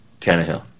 Tannehill